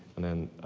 and then